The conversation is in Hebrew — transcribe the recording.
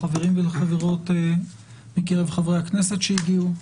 לחברים ולחברות מקרב חברי הכנסת שהגיעו,